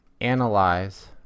analyze